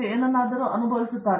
professor